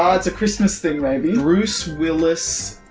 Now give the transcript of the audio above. ah it's a christmas thing maybe. bruce willis.